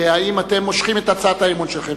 האם אתם מושכים את הצעת האי-אמון שלכם?